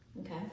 Okay